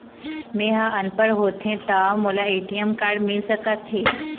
मैं ह अनपढ़ होथे ता मोला ए.टी.एम कारड मिल सका थे?